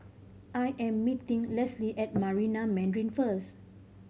I am meeting Leslie at Marina Mandarin first